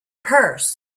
purse